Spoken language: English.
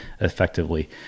effectively